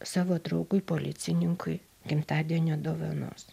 savo draugui policininkui gimtadienio dovanos